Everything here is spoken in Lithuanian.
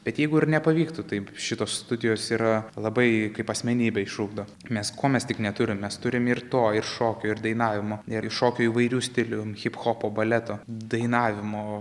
bet jeigu ir nepavyktų taip šitos studijos yra labai kaip asmenybę išugdo mes ko mes tik neturim mes turim ir to ir šokio ir dainavimo ir šokio įvairių stilių hiphopo baleto dainavimo